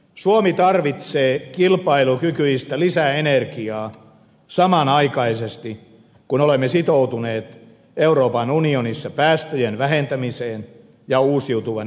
suomi tarvitsee kilpailukykyistä lisäenergiaa samanaikaisesti kun olemme sitoutuneet euroopan unionissa päästöjen vähentämiseen ja uusiutuvan energian tavoitteeseen